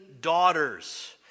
daughters